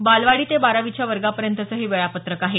बालवाडी ते बारावीच्या वर्गापर्यंतचं हे वेळापत्रक आहे